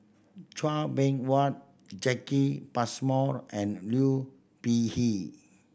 Chua Beng Huat Jacki Passmore and Liu Peihe